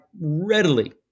readily